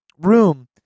room